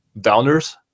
downers